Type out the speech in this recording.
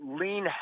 lean